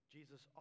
Jesus